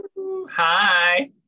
hi